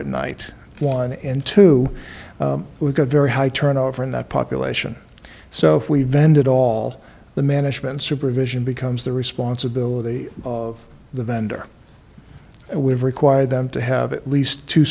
at night one and two we've got very high turnover in that population so if we vented all the management supervision becomes the responsibility of the vendor we've required them to have at least two